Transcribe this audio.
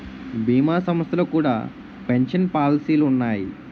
భీమా సంస్థల్లో కూడా పెన్షన్ పాలసీలు ఉన్నాయి